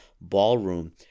ballroom